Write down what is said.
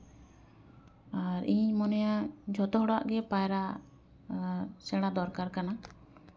ᱟᱨ ᱤᱧᱤᱧ ᱢᱚᱱᱮᱭᱟ ᱡᱷᱚᱛᱚ ᱦᱚᱲᱟᱜ ᱜᱮ ᱯᱟᱭᱨᱟᱜ ᱥᱮᱬᱟ ᱫᱚᱨᱠᱟᱨ ᱠᱟᱱᱟ